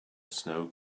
snow